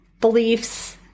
beliefs